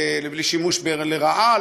לשימוש לרעה,